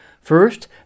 First